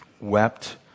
wept